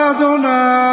Adonai